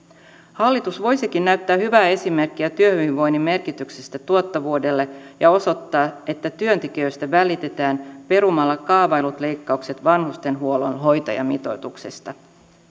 hallitus voisikin näyttää hyvää esimerkkiä työhyvinvoinnin merkityksestä tuottavuudelle ja osoittaa että työntekijöistä välitetään perumalla kaavaillut leikkaukset vanhustenhuollon hoitajamitoituksesta